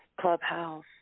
Clubhouse